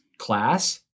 Class